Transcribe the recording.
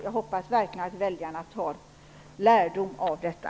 Jag hoppas verkligen att väljarna tar lärdom av detta.